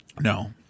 No